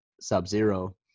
sub-zero